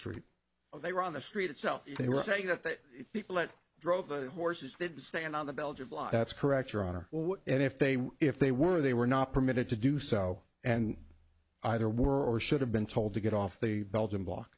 six tree they were on the street itself they were saying that the people that drove the horses did stay in on the belgian block that's correct your honor and if they were if they were they were not permitted to do so and either were or should have been told to get off the belgian block